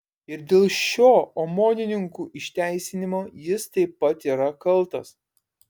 ir dėl šio omonininkų išteisinimo jis taip pat yra kaltas